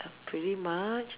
pretty much